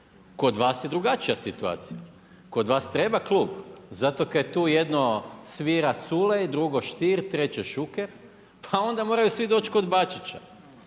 Kod vas je drugačija situacija, kod vas treba klub zato kaj tu jedno svira Culej, drugo Stier, treće Šuker, pa onda moraju svi doći kod Bačića